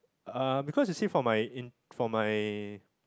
uh because you see for my for my